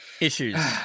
Issues